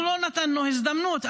אנחנו לא נתנו הזדמנות,